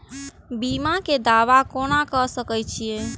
बीमा के दावा कोना के सके छिऐ?